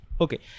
Okay